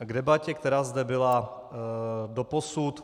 K debatě, která zde byla doposud.